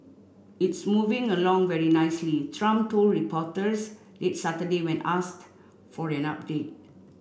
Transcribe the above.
it's moving along very nicely Trump told reporters late Saturday when asked for an update